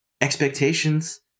expectations